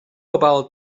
about